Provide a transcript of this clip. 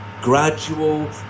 gradual